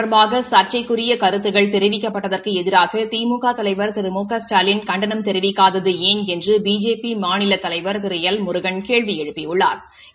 தொடர்பாக ச்ச்சைக்குரிய கருத்துக்கள் தெரிவிக்கப்பட்டதற்கு எதிராக திமுக தலைவர் திரு மு க ஸ்டாலின் கண்டனம் தெரிவிக்னதது ஏன் என்று பிஜேபி மாநில தலைவர் திரு எல் முருகன் கேள்வி எழுப்பியுள்ளா்